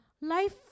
life